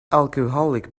alcoholic